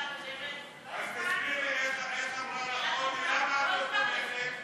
המטרה היא ההסברים למה הם לא תומכים.